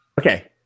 Okay